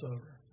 over